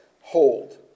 Hold